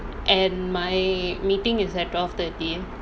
and my meeting is at twelve thirty